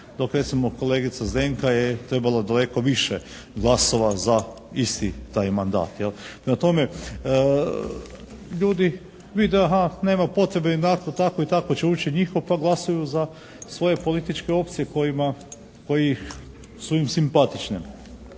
dok recimo kolegica Zdenka je trebala daleko više glasova za isti taj mandat, jel. Prema tome, ljudi bi da nema potrebe, ionako tako i tako će ući njihov pa glasuju za svoje političke opcije kojima, koje su im simpatične.